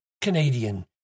Canadian